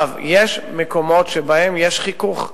יש מקומות שבהם יש חיכוך,